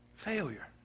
Failure